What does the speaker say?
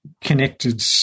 connected